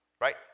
right